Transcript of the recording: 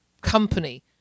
company